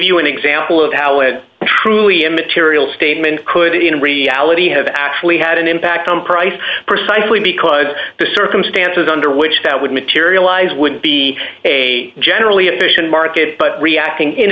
you an example of how it truly immaterial statement could in reality have actually had an impact on price precisely because the circumstances under which that would materialize would be a generally efficient market but reacting